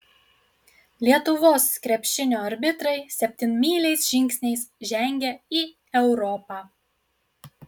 lietuvos krepšinio arbitrai septynmyliais žingsniais žengia į europą